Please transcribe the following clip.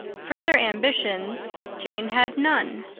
further ambitions jane had none.